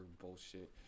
bullshit